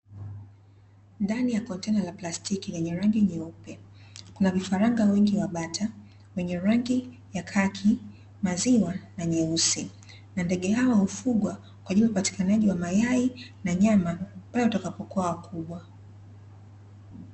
Ndani ya kontena la plastiki lenye rangi nyeupe, kuna vifaranga wengi wa bata wenye rangi ya kaki maziwa na nyweusi na ndege hao hufungwa kwa ajili ya upatikanaji wa mayai na nyama pindi watakapokua wakubwa.